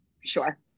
Sure